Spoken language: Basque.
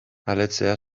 aletzea